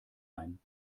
ein